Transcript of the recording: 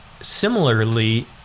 similarly